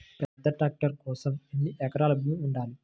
పెద్ద ట్రాక్టర్ కోసం ఎన్ని ఎకరాల భూమి ఉండాలి?